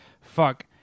fuck